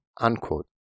unquote